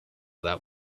that